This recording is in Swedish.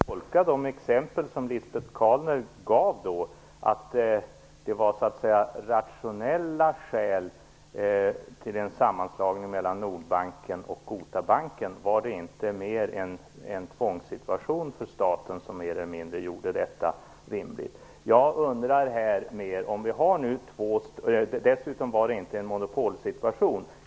Herr talman! Får jag tolka de exempel som Lisbet Calner gav som att det låg rationella skäl bakom sammanslagningen av Nordbanken och Gotabanken? Var det inte snarare en tvångssituation för staten som mer eller mindre gjorde detta rimligt? Dessutom var det inte en monopolsituation.